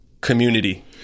community